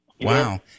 Wow